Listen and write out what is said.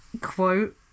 quote